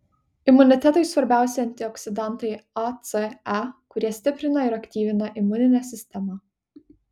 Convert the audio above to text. imunitetui svarbiausi antioksidantai a c e kurie stiprina ir aktyvina imuninę sistemą